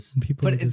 people